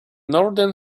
northern